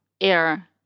air